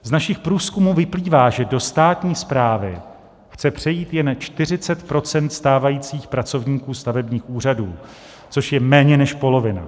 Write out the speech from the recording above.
Z našich průzkumů vyplývá, že do státní správy chce přejít jen 40 % stávajících pracovníků stavebních úřadů, což je méně než polovina.